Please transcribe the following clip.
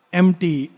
empty